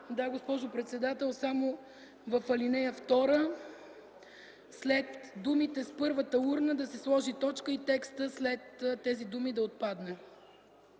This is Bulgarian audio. Да, госпожо председател, само в ал. 2 след думите „първата урна” да се сложи точка и текстът след тези думи да отпадне.